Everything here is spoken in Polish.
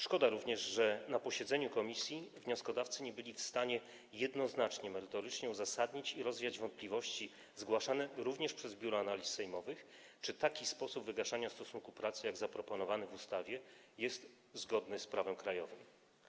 Szkoda również, że na posiedzeniu komisji wnioskodawcy nie byli w stanie jednoznacznie, merytorycznie uzasadnić odpowiedzi i rozwiać wątpliwości, zgłaszanych również przez Biuro Analiz Sejmowych, dotyczących tego, czy taki sposób wygaszania stosunku pracy, jak ten zaproponowany w ustawie, jest zgodny z prawem krajowym.